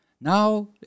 Now